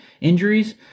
injuries